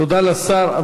תודה לשר.